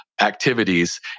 activities